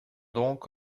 donc